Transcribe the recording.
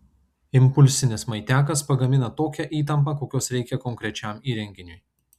impulsinis maitiakas pagamina tokią įtampą kokios reikia konkrečiam įrenginiui